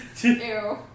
Ew